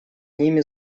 ними